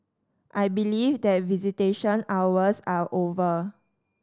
I believe that visitation hours are over